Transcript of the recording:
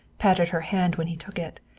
patted her hand when he took it.